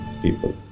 people